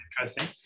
interesting